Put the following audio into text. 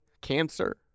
cancer